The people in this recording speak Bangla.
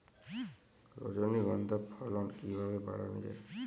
রজনীগন্ধা ফলন কিভাবে বাড়ানো যায়?